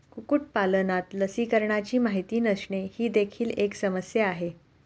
कुक्कुटपालनात लसीकरणाची माहिती नसणे ही देखील एक समस्या आहे